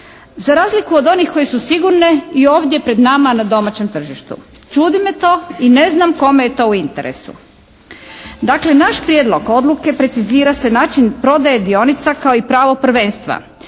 Za razliku od onih koje su sigurne i ovdje pred nama na domaćem tržištu. Čudi me to i ne znam kome je to u interesu. Dakle naš Prijedlog odluke precizira se način prodaje dionica kao i pravo prvenstva